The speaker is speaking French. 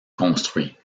construit